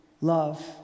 Love